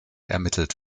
ermittelt